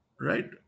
right